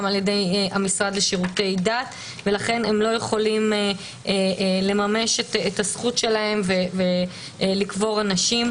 על-ידי המשרד לשירותי דת ולכן הם לא יכולים לממש את זכותם ולקבור אנשים.